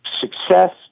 success